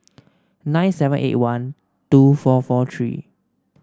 nine seven eight one two four four three